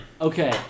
Okay